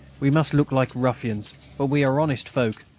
we must look like ruffians, but we are honest folk.